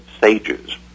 sages